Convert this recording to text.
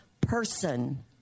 person